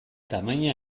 tamaina